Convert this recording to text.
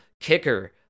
kicker